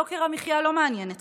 יוקר המחיה לא מעניין אתכם.